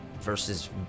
versus